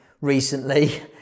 recently